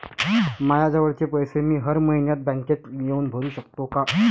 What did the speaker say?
मायाजवळचे पैसे मी हर मइन्यात बँकेत येऊन भरू सकतो का?